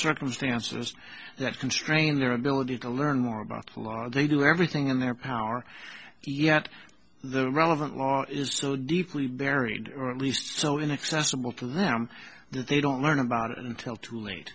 circumstances that constrain your ability to learn more about law they do everything in their power yet the relevant law is still deeply buried or at least so inaccessible to them that they don't learn about it until too late